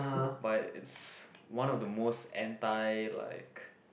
but it's one of the most anti like